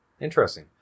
Interesting